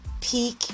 peak